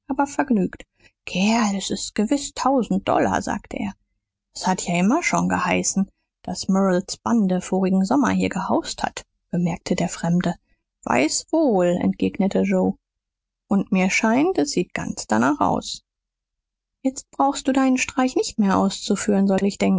aber vergnügt kerl s sind gewiß tausend dollar sagte er s hat ja immer schon geheißen daß murrels bande vorigen sommer hier gehaust hat bemerkte der fremde weiß wohl entgegnete joe und mir scheint s sieht ganz danach aus jetzt brauchst du deinen streich nicht mehr auszuführen sollt ich